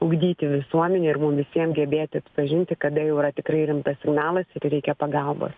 ugdyti visuomenę ir mum visiem gebėti atpažinti kada jau yra tikrai rimtas signalas ir reikia pagalbos